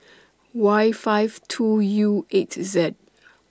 Y five two U eight Z